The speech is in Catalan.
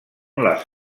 les